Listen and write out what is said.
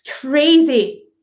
crazy